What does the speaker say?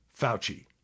Fauci